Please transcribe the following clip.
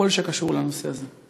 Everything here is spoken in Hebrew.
הכול שקשור לנושא הזה,